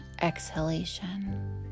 exhalation